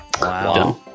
wow